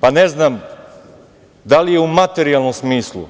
Pa, ne znam da li je u materijalnom smislu